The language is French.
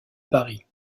paris